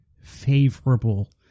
favorable